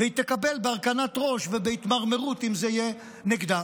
והיא תקבל בהרכנת ראש ובהתמרמרות אם זה יהיה נגדה.